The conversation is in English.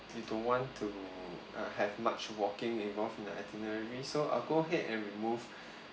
you don't want to uh have much walking involved in the itinerary so I'll go ahead and remove